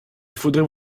faudrait